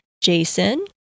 Jason